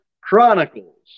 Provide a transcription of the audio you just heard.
Chronicles